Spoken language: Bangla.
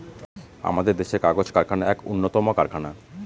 আমাদের দেশের কাগজ কারখানা এক উন্নতম কারখানা